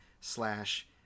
slash